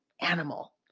animal